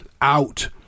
out